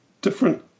different